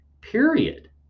period